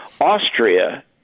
Austria